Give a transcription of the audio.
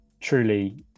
truly